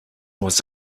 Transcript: was